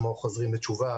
כמו חוזרים בתשובה,